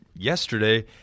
yesterday